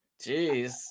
Jeez